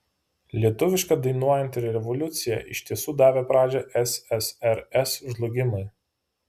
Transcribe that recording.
lietuviška dainuojanti revoliucija iš tiesų davė pradžią ssrs žlugimui